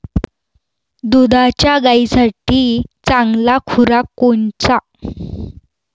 दुधाच्या गायीसाठी चांगला खुराक कोनचा?